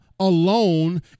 Alone